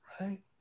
right